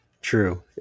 True